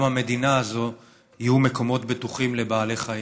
המדינה הזאת יהיו מקומות בטוחים לבעלי חיים.